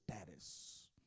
status